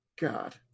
God